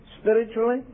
spiritually